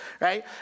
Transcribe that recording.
right